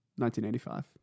1985